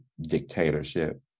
dictatorship